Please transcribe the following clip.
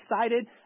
excited